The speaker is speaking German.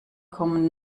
kommen